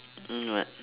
mm what